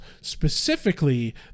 specifically